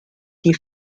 die